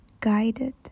guided